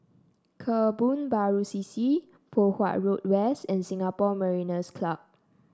Kebun Baru C C Poh Huat Road West and Singapore Mariners' Club